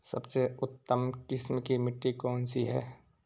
सबसे उत्तम किस्म की मिट्टी कौन सी है?